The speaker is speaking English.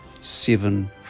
seven